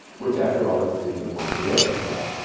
which after all is is the point of the exercise.